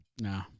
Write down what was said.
No